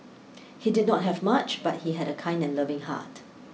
he did not have much but he had a kind and loving heart